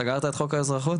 סגרת את חוק האזרחות?